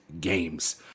games